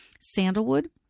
Sandalwood